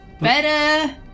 Better